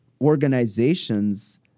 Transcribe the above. organizations